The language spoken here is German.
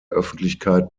öffentlichkeit